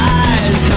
eyes